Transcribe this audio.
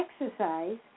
exercise